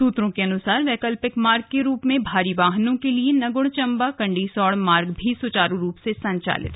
सूत्रों के अनुसार वैकलिपक मार्ग के रूप में भारी वाहनों के लिये नगुण चम्बा कंडिसौड मार्ग भी सुचारू रूप से संचालित है